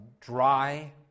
dry